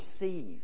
receive